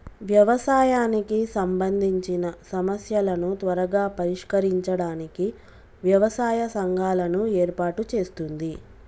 వ్యవసాయానికి సంబందిచిన సమస్యలను త్వరగా పరిష్కరించడానికి వ్యవసాయ సంఘాలను ఏర్పాటు చేస్తుంది